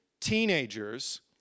teenagers